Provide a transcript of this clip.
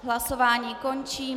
Hlasování končím.